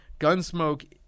Gunsmoke